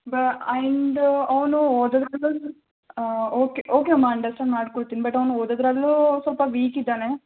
and ಅವನು ಓದೋದರಲ್ಲೂ okay okay ಮಾ ಅಂಡಸ್ಟ್ಯಾಂಡ್ ಮಾಡಿಕೊಳ್ತಿನಿ ಬಟ್ ಅವನು ಓದೋದರಲ್ಲೂ ಸ್ವಲ್ಪ ವೀಕಿದ್ದಾನೆ